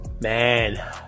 Man